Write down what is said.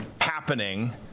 happening